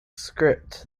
script